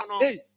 hey